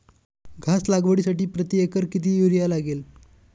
घास लागवडीसाठी प्रति एकर किती युरिया लागेल?